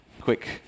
quick